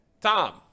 Tom